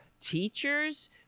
teachers